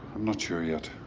i'm not sure yet.